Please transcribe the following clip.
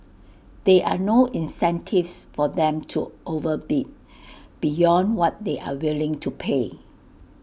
there are no incentives for them to overbid beyond what they are willing to pay